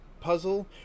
puzzle